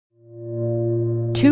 Two